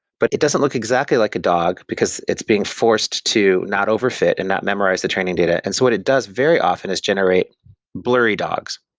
but it doesn't look exactly like a dog, because it's being forced to not over fit and not memorize the training data. and so what it does very often is generate blurry dogs,